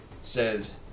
says